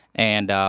and